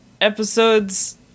episodes